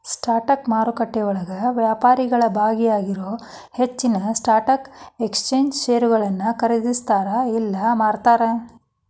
stock ಮಾರುಕಟ್ಟೆಯೊಳಗ ವ್ಯಾಪಾರಿಗಳ ಭಾಗವಾಗಿರೊ ಹೆಚ್ಚಿನ್ ಸ್ಟಾಕ್ ಎಕ್ಸ್ಚೇಂಜ್ ಷೇರುಗಳನ್ನ ಖರೇದಿಸ್ತಾರ ಇಲ್ಲಾ ಮಾರ್ತಾರ